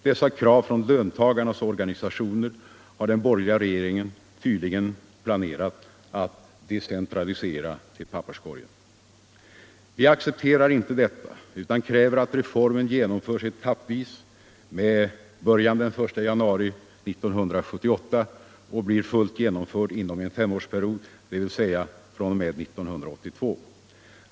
Dessa krav från löntagarnas organisationer har den borgerliga regeringen tydligen planerat att decentralisera till papperskorgen. Vi accepterar inte detta utan kräver att reformen genomförs etappvis med början den 1 januari 1978 och att den blir fullt genomförd inom en femårsperiod, dvs. fr.o.m. 1982.